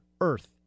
earth